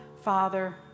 Father